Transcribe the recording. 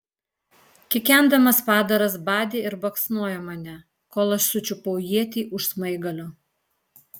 kikendamas padaras badė ir baksnojo mane kol aš sučiupau ietį už smaigalio